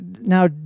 now